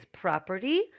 property